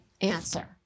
answer